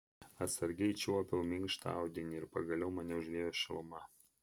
atsargiai čiuopiau minkštą audinį ir pagaliau mane užliejo šiluma